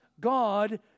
God